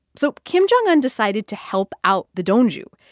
so kim jong un decided to help out the donju.